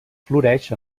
floreix